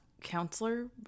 counselor